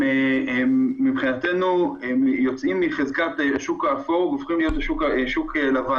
הם מבחינתנו יוצאים מחלקת שוק האפור הופכים להיות שוק לבן.